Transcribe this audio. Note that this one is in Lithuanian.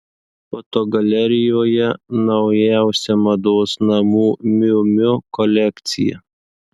fotogalerijoje naujausia mados namų miu miu kolekcija